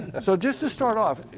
and so just to start off,